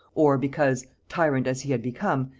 or because, tyrant as he had become,